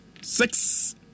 six